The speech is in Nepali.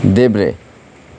देब्रे